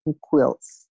quilts